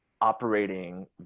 operating